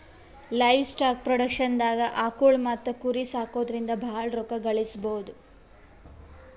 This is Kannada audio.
ಲೈವಸ್ಟಾಕ್ ಪ್ರೊಡಕ್ಷನ್ದಾಗ್ ಆಕುಳ್ ಮತ್ತ್ ಕುರಿ ಸಾಕೊದ್ರಿಂದ ಭಾಳ್ ರೋಕ್ಕಾ ಗಳಿಸ್ಬಹುದು